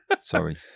Sorry